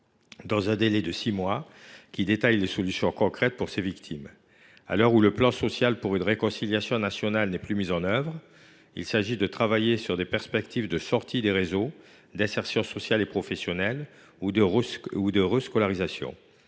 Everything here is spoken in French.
dans un délai de six mois un rapport détaillant les solutions concrètes envisagées pour ces victimes. À l’heure où le plan social pour une réconciliation nationale n’est plus d’actualité, il s’agit de travailler sur des perspectives de sortie des réseaux, d’insertion sociale et professionnelle ou de rescolarisation.